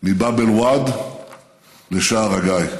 מבאב אל-ואד לשער הגיא.